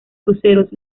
cruceros